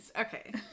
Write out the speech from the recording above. Okay